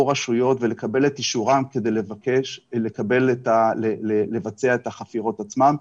רשויות ולקבל את אישורם כדי לבצע את החפירות עצמן.